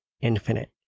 Infinite